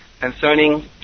concerning